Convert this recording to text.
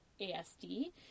ASD